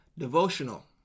devotional